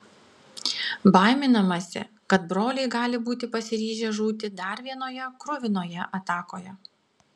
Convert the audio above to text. baiminamasi kad broliai gali būti pasiryžę žūti dar vienoje kruvinoje atakoje